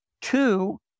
Two